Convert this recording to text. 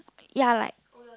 ya like